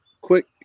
quick